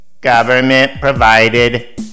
Government-provided